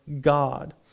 God